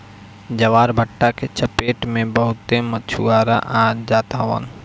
ज्वारभाटा के चपेट में बहुते मछुआरा आ जात हवन